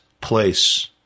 place